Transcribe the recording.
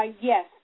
Yes